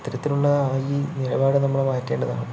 ഇത്തരത്തിലുള്ള ഈ നിലപാട് നമ്മൾ മാറ്റേണ്ടതാണ്